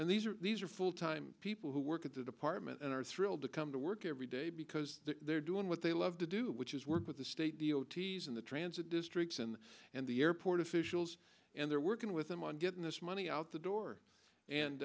and these are these are full time people who work at the department and are thrilled to come to work every day because they're doing what they love to do which is work with the state the o t s in the transit districts in and the airport officials and they're working with them on getting this money out the door and